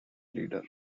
leader